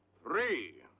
three!